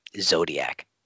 Zodiac